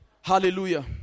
Hallelujah